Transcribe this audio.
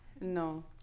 No